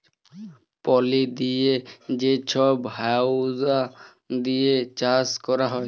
পলি দিঁয়ে যে ছব হাউয়া দিঁয়ে চাষ ক্যরা হ্যয়